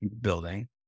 building